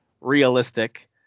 realistic